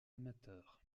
amateurs